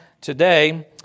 today